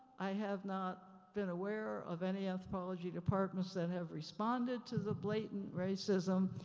i have not been aware of any anthropology departments that have responded to the blatant racism,